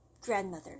grandmother